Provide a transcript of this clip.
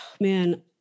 man